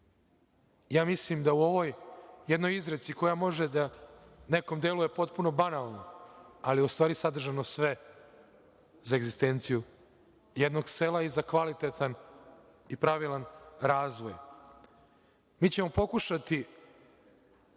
Mislim da je u ovoj jednoj izreci, koja može nekom da deluje potpuno banalno, u stvari sadržano sve za egzistenciju jednog sela i za kvalitetan i pravilan razvoj. Mi ćemo pokušati